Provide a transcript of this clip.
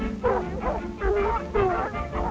you know